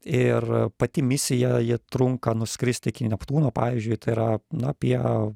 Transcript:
ir pati misija ji trunka nuskrist iki neptūno pavyzdžiui tai yra na apie